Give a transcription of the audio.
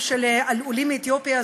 של המליאה,